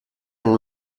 and